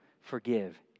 forgive